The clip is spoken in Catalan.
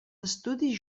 estudis